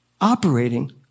operating